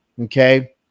okay